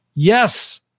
Yes